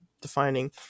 defining